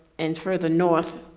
and further north,